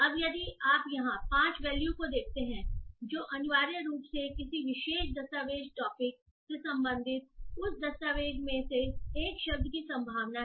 अब यदि आप यहां 5 वेल्यू को देखते हैं जो अनिवार्य रूप से किसी विशेष दस्तावेज़ टॉपिक से संबंधित उस दस्तावेज़ में एक शब्द की संभावना है